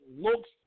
looks